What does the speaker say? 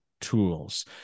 tools